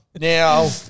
Now